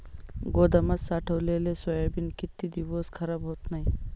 गोदामात साठवलेले सोयाबीन किती दिवस खराब होत नाही?